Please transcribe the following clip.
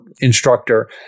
instructor